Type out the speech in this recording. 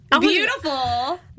Beautiful